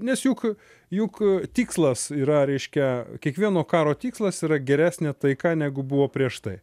nes juk juk tikslas yra reiškia kiekvieno karo tikslas yra geresnė taika negu buvo prieš tai